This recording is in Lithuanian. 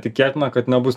tikėtina kad nebus